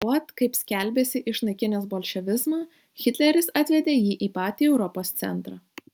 užuot kaip skelbėsi išnaikinęs bolševizmą hitleris atvedė jį į patį europos centrą